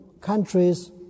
countries